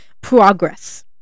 progress